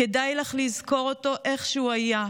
כדאי לך לזכור אותו איך שהוא היה,